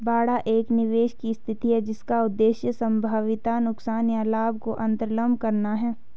बाड़ा एक निवेश की स्थिति है जिसका उद्देश्य संभावित नुकसान या लाभ को अन्तर्लम्ब करना है